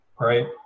right